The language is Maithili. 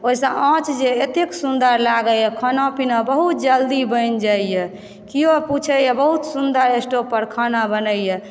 ओहिसँ आँच जे एतेक सुन्दर लागयए खाना पीना बहुत जल्दी बनि जायए केओ पूछयए बहुत सुन्दर स्टोव पर खाना बनयए